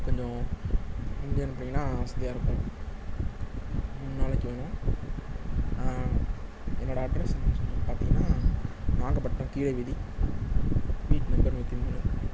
கொஞ்சம் அனுப்புனீங்கன்னா வசதியாக இருக்கும் மூணு நாளைக்கு வேணும் என்னோட அட்ரஸ் பார்த்திங்கன்னா நாகப்பட்டினம் கீழ வீதி வீட்டு நம்பர் நூற்றி நாலு